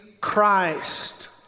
christ